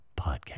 podcast